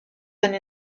donne